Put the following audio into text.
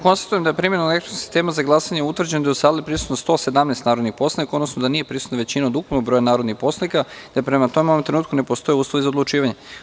Konstatujem da je primenom elektronskog sistema za glasanje utvrđeno da je u sali prisutno 117 narodnih poslanika, odnosno da nije prisutna većina od ukupnog broja narodnih poslanika, te prema tome u ovom trenutku ne postoje uslovi za odlučivanje.